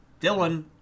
Dylan